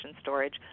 storage